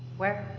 where?